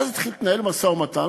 ואז התחיל להתנהל משא-ומתן,